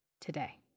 today